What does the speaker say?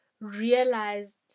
realized